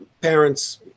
parent's